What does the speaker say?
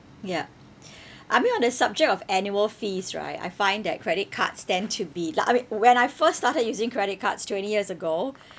ya I mean on the subject of annual fees right I find that credit cards tend to be like I mean when I first started using credit cards twenty years ago